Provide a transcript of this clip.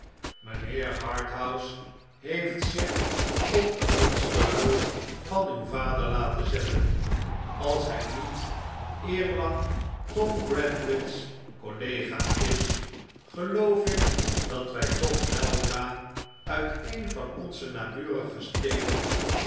mijnheer harthouse heeft zich op de monsterrol van uw vader laten zetten als hij niet eerlang tom gradgrind's collega is geloof ik dat wij toch weldra uit een van onze naburige steden